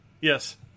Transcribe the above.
Yes